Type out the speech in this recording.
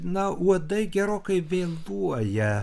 na uodai gerokai vėluoja